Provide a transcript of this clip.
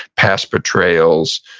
past betrayals.